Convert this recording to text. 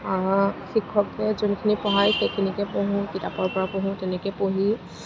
শিক্ষকে যোনখিনি পঢ়াই সেইখিনিকে পঢ়োঁ কিতাপৰ পৰা পঢ়োঁ তেনেকৈ পঢ়ি